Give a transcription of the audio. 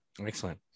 Excellent